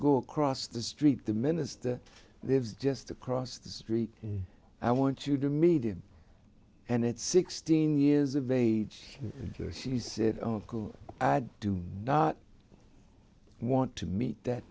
go across the street the minister lives just across the street i want you to meet him and it's sixteen years of age she said of course i do not want to meet that